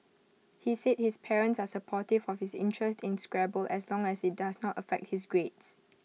he said his parents are supportive of his interest in Scrabble as long as IT does not affect his grades